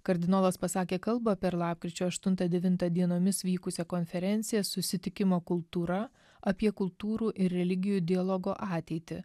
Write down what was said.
kardinolas pasakė kalbą per lapkričio aštuntą devintą dienomis vykusią konferenciją susitikimo kultūra apie kultūrų ir religijų dialogo ateitį